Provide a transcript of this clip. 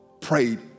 prayed